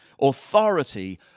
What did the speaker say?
authority